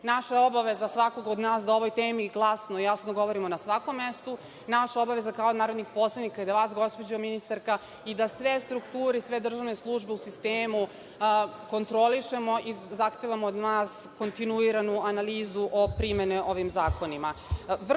Naša je obaveza, svakog od nas, da o ovoj temi glasno i jasno govorimo na svakom mestu. Naša obaveza kao narodnih poslanika je da vas, gospođo ministarka, i da sve strukture i sve državne službe u sistemu kontrolišemo i zahtevamo od vas kontinuiranu analizu o primeni ovih zakona. Vrlo